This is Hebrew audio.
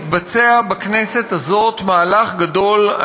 מתבצע בכנסת הזאת מהלך גדול.